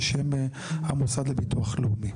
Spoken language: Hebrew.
המוסד לביטוח לאומי.